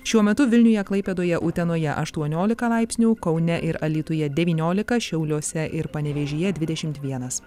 šiuo metu vilniuje klaipėdoje utenoje aštuoniolika laipsnių kaune ir alytuje devyniolika šiauliuose ir panevėžyje dvidešimt vienas